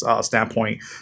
standpoint